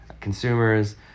consumers